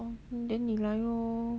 then 你来 lor